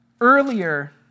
Earlier